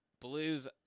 blues